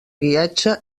guiatge